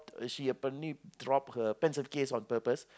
she apparently dropped her pencil case on purpose